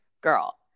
Girl